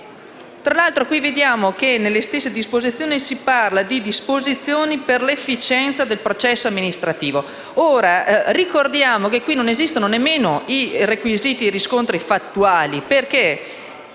Tra l'altro, vediamo che all'interno del provvedimento si parla di disposizioni per l'efficienza del processo amministrativo. Ora, ricordiamo che qui non esistono nemmeno i requisiti e i riscontri fattuali, perché